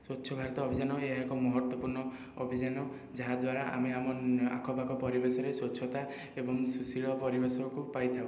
ସ୍ୱଚ୍ଛ ଭାରତ ଅଭିଯାନ ଏହା ଏକ ମହତ୍ତ୍ଵପୂର୍ଣ୍ଣ ଅଭିଯାନ ଯାହାଦ୍ୱାରା ଆମେ ଆମ ଆଖପାଖ ପରିବେଶରେ ସ୍ଵଚ୍ଛତା ଏବଂ ସୁଶୀଳ ପରିବେଶକୁ ପାଇଥାଉ